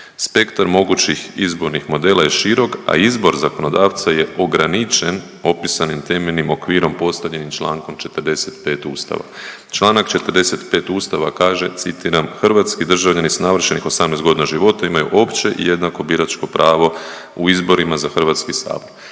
„spektar mogućih izbornih modela je širok, a izbor zakonodavca je ograničen opisanim temeljnim okvirom postavljenim čl. 45. Ustava“. Čl. 45. Ustava kaže citiram „Hrvatski državljani s navršenih 18 godina života imaju opće i jednako biračko pravo u izborima za HS“, dakle